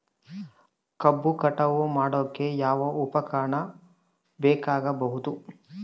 ಕಬ್ಬು ಕಟಾವು ಮಾಡೋಕೆ ಯಾವ ಉಪಕರಣ ಬೇಕಾಗಬಹುದು?